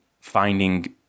finding